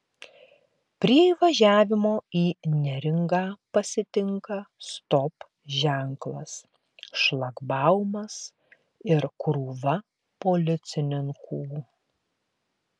prie įvažiavimo į neringą pasitinka stop ženklas šlagbaumas ir krūva policininkų